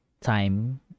time